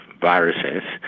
viruses